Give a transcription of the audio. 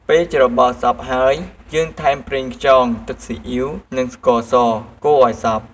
ពេលច្របល់សព្វហើយយើងថែមប្រេងខ្យង ទឹកស៊ីអ៊ីវ និងស្ករស កូរឱ្យសព្វ។